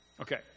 Okay